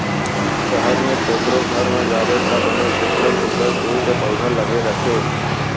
सहर म कोकरो घर म जाबे त बने सुग्घर सुघ्घर फूल के पउधा लगे रथे